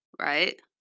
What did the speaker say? right